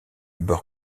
bord